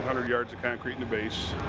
hundred yards of concrete in the base,